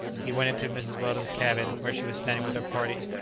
he went into mrs. weldon's cabin, where she was standing with her party.